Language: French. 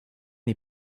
est